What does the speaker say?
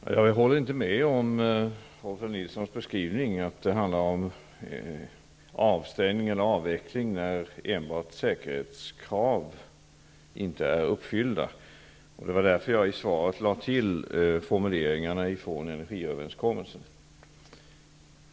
Fru talman! Jag håller inte med Rolf L. Nilson i hans beskrivning att avstängning eller avveckling kan ske enbart när säkerhetskrav inte är uppfyllda. Det var därför jag i svaret lade till formuleringarna från energiöverenskommelsen.